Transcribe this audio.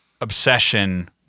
obsession